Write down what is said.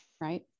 right